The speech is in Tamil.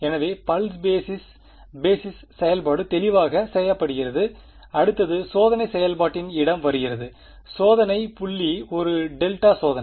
எனவே பல்ஸ் பேஸிஸ் பேஸிஸ் செயல்பாடு தெளிவாக செய்யப்படுகிறது அடுத்தது சோதனை செயல்பாட்டின் இடம் வருகிறது சோதனை புள்ளி ஒரு டெல்டா சோதனை